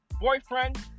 boyfriend